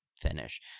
finish